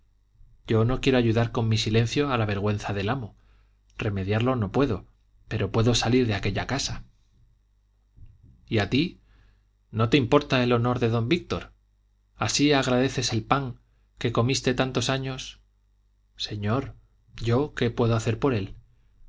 yo no quiero ayudar con mi silencio a la vergüenza del amo remediarlo no puedo pero puedo salir de aquella casa y a ti no te importa el honor de don víctor así agradeces el pan que comiste tantos años señor yo qué puedo hacer por él